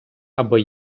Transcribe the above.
або